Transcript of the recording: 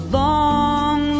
long